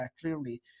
clearly